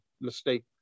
mistake